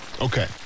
Okay